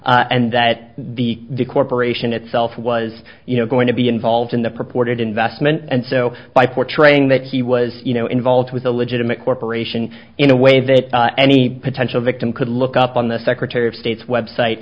corporation and that the the corporation itself was you know going to be involved in the purported investment and so by portraying that he was you know involved with a legitimate corporation in a way that any potential victim could look up on the secretary of state's web site